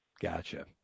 Gotcha